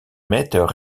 meter